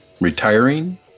Retiring